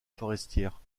forestière